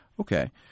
Okay